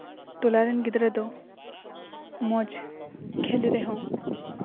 ᱴᱚᱞᱟ ᱨᱮᱱ ᱜᱤᱫᱽᱨᱟᱹ ᱫᱚ ᱢᱚᱡᱽ ᱠᱷᱮᱞ ᱨᱮᱦᱚᱸ